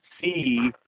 see